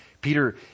Peter